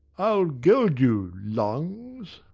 i'll geld you, lungs.